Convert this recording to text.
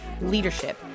leadership